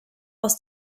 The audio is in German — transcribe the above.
aus